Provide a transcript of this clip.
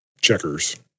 checkers